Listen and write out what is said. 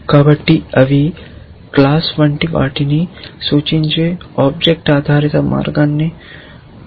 కాబట్టి అవి క్లాస్ వంటి వాటిని సూచించే OBJECT ఆధారిత మార్గం వంటి వాటిని అనుసరిస్తారు